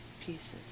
pieces